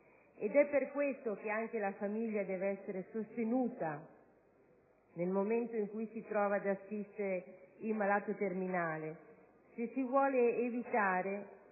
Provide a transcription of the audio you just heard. Ed è per questo che anche la famiglia deve essere sostenuta nel momento in cui si trova ad assistere il malato terminale,